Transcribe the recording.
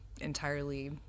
entirely